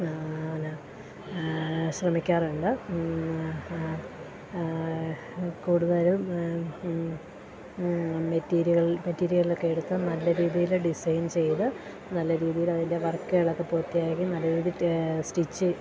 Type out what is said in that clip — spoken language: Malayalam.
പിന്നെ ശ്രമിക്കാറുണ്ട് കൂടുതലും മെറ്റീരിയലില് മെറ്റീരിയലൊക്കെ എടുത്ത് നല്ല രീതിയിൽ ഡിസൈൻ ചെയ്ത് നല്ല രീതിയിൽ അതിൻ്റെ വർക്ക്കളൊക്കെ പൂർത്തിയാക്കി നല്ല രീതി റ്റ് സ്റ്റിച്ച്